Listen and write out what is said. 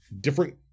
different